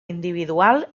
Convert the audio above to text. individual